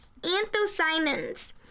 anthocyanins